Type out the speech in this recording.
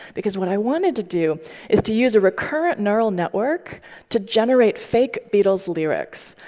because what i wanted to do is to use a recurrent neural network to generate fake beatles lyrics.